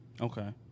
Okay